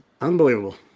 Unbelievable